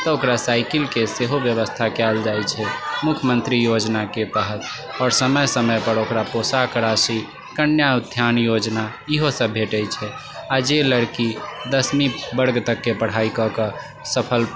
तऽ ओकरा साइकिलके सेहो बेबस्था कएल जाइ छै मुख्यमंत्री योजनाके तहत आओर समय समयपर ओकरा पोशाक राशि कन्या उत्थान योजना इहो सब भेटै छै आओर जे लड़की दसमी वर्ग तकके पढ़ाइ कऽ कऽ सफलता